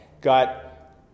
got